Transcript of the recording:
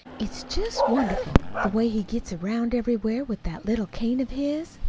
it's just wonderful the way he gets around everywhere, with that little cane of his!